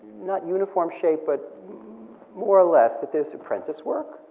not uniform shape, but more or less that there's apprentice work,